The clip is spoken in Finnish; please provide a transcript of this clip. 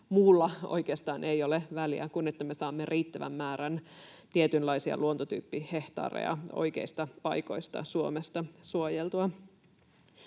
muulla oikeastaan ei ole väliä kuin sillä, että me saamme riittävän määrän tietynlaisia luontotyyppihehtaareja oikeista paikoista Suomesta suojeltua.